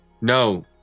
No